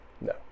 no